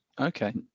Okay